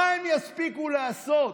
מה הן יספיקו לעשות?